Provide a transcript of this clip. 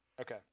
Okay